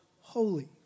holy